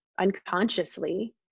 unconsciously